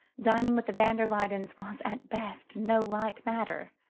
dining with the van der luydens was at best no light matter,